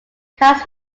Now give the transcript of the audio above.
cast